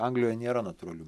anglijoj nėra natūralių